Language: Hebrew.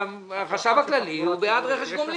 החשב הכללי הוא בעד רכש גומלין.